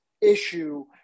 issue